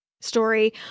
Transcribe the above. story